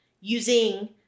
using